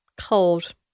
cold